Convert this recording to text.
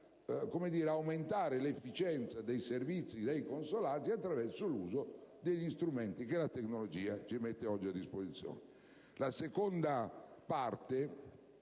di aumentare l'efficienza dei servizi dei consolati attraverso l'uso degli strumenti che la tecnologia ci mette oggi a disposizione.